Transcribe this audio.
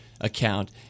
account